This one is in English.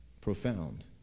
Profound